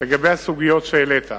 לגבי הסוגיות שהעלית,